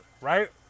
right